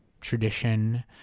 tradition